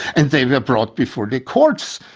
and they were brought before the courts,